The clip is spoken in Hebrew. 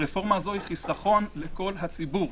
הרפורמה הזו היא חיסכון לכל הציבור,